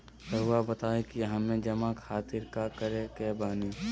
रहुआ बताइं कि हमें जमा खातिर का करे के बानी?